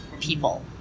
people